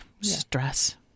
stress